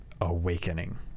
awakening